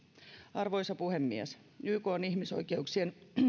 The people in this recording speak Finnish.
arvoisa puhemies ykn ihmisoikeuksien